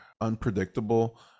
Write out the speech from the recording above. unpredictable